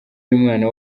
y’umwana